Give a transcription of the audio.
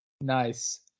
Nice